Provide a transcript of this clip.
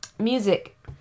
Music